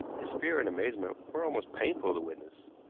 his fear and amazement were almost painful to witness.